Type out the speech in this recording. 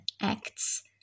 Acts